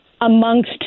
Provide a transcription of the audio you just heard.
amongst